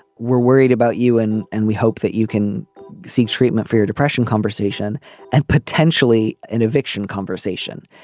we're worried about you. and and we hope that you can seek treatment for your depression conversation and potentially an eviction conversation.